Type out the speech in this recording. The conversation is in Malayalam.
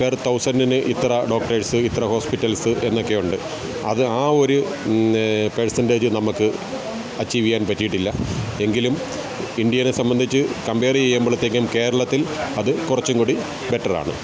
പെർ തൗസന്റിന് ഇത്ര ഡോക്ടേഴ്സ് ഇത്ര ഹോസ്പിറ്റൽസ് എന്നൊക്കെയുണ്ട് അത് ആ ഒര് പേഴ്സൻറ്റേജ് നമുക്ക് അച്ചീവ് ചെയ്യാൻ പറ്റിട്ടില്ല എങ്കിലും ഇന്ത്യയിലെ സംബന്ധിച്ച് കംപേറ് ചെയ്യുമ്പളത്തേക്കും കേരളത്തിൽ അത് കുറച്ചും കൂടി ബെറ്ററാണ്